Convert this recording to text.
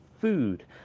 food